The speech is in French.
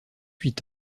huit